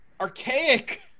archaic